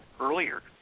earlier